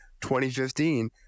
2015